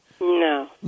No